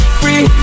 free